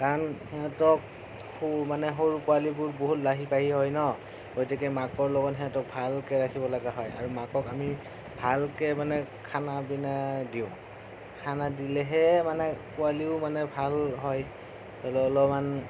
কাৰণ সিহঁতক সৰু মানে সৰু পোৱালিবোৰ বহুত লাহি পাহি হয় ন গতিকে মাকৰ লগত সিহঁতক ভালকৈ ৰাখিব লগা হয় আৰু মাকক আমি ভালকৈ মানে খানা পিনা দিওঁ খানা দিলেহে মানে পোৱালিও মানে ভাল হয় অলপমান